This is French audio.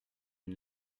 une